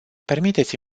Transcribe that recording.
permiteți